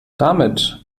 damit